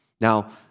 Now